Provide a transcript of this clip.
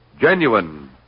Genuine